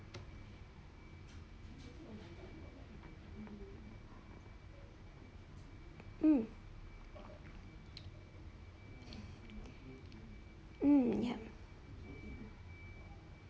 hmm hmm yup